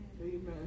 Amen